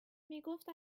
میگفت